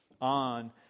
on